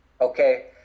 okay